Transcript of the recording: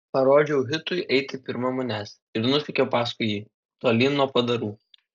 parodžiau hitui eiti pirma manęs ir nusekiau paskui jį tolyn nuo padarų